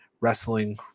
wrestling